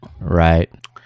Right